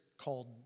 called